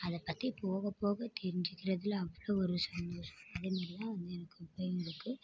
அதை பற்றி போக போக தெரிஞ்சிக்கிறதில் அவ்வளோ ஒரு சந்தோஷம் அது மாதிரிலாம் வந்து எனக்கு